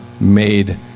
made